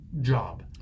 job